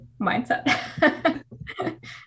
mindset